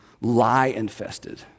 lie-infested